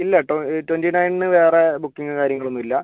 ഇല്ലാട്ടോ twenty nine വേറെ ബുക്കിങ്ങും കാര്യങ്ങളൊന്നും ഇല്ല